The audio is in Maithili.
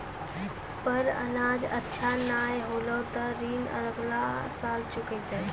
पर अनाज अच्छा नाय होलै तॅ ऋण अगला साल चुकैतै